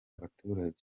abaturage